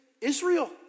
Israel